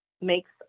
makes